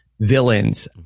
villains